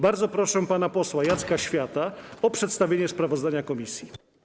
Bardzo proszę pana posła Jacka Świata o przedstawienie sprawozdania komisji.